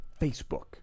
Facebook